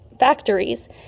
factories